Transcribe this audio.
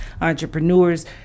entrepreneurs